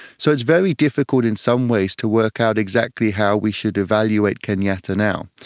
so it's very difficult in some ways to work out exactly how we should evaluate kenyatta now.